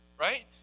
right